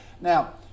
Now